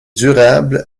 durable